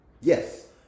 Yes